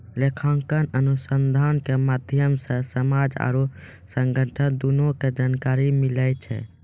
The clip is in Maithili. लेखांकन अनुसन्धान के माध्यम से समाज आरु संगठन दुनू के जानकारी मिलै छै